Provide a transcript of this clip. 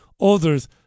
others